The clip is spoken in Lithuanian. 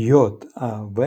jav